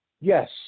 Yes